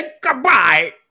Goodbye